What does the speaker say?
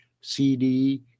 CD